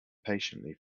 patiently